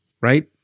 right